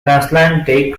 transatlantic